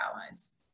allies